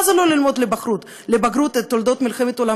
מה זה לא ללמוד לבגרות את תולדות מלחמת העולם